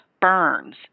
burns